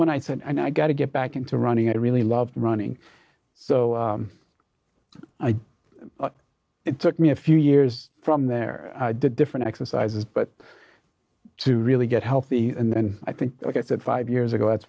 when i said i gotta get back into running i really loved running so it took me a few years from there different exercises but to really get healthy and then i think like i said five years ago that's